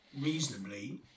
reasonably